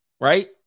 right